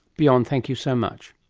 bjorn, thank you so much.